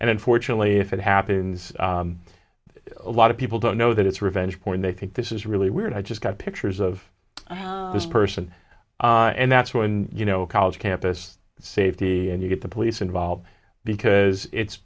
and unfortunately if it happens a lot of people don't know that it's revenge porn they think this is really weird i just got pictures of this person and that's when you know college campus safety and you get the police involved because it